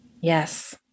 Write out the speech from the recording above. yes